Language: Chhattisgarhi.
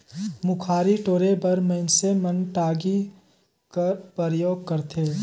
मुखारी टोरे बर मइनसे मन टागी कर परियोग करथे